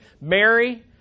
Mary